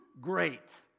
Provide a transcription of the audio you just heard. great